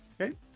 Okay